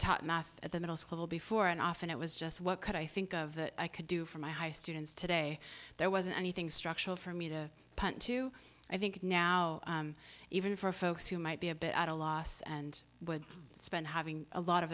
taught math at the middle school before and often it was just what could i think of that i could do for my students today there wasn't anything structural for me to punt to i think now even for folks who might be a bit at a loss and would spend having a lot of